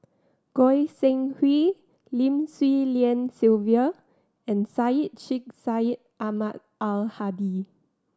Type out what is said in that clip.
Goi Seng Hui Lim Swee Lian Sylvia and Syed Sheikh Syed Ahmad Al Hadi